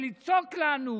לצעוק לנו.